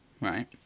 right